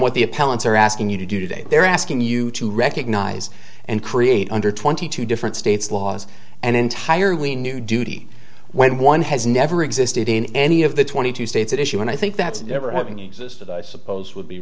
what the appellants are asking you to do today they're asking you to recognize and create under twenty two different states laws and entirely new duty when one has never existed in any of the twenty two states an issue and i think that's never having existed i suppose would be